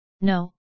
No